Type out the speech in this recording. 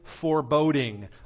foreboding